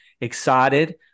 excited